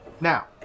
now